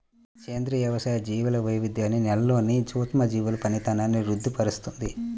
సేంద్రియ వ్యవసాయం జీవుల వైవిధ్యాన్ని, నేలలోని సూక్ష్మజీవుల పనితనాన్ని వృద్ది పరుస్తుంది